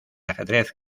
ajedrez